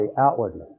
outwardly